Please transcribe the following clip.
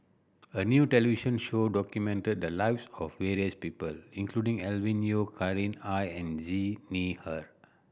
a new television show documented the lives of various people including Alvin Yeo Khirn Hai and Xi Ni Er